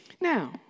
Now